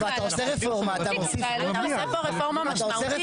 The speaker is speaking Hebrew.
אבל אתה עושה רפורמה, אתה מוסיף